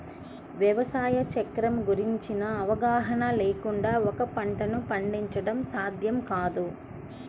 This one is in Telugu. వ్యవసాయ చక్రం గురించిన అవగాహన లేకుండా ఒక పంటను పండించడం సాధ్యం కాదు